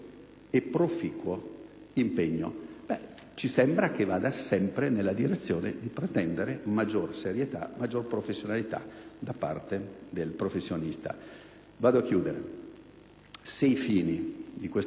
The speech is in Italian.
proficuo impegno. Ci sembra che ciò vada sempre nella direzione di pretendere maggior serietà e professionalità da parte del professionista. Vado a chiudere. Se i fini di questa